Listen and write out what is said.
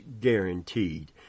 guaranteed